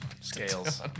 scales